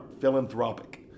philanthropic